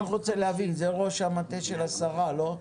אני רוצה להבין, זה ראש המטה של השרה, לא?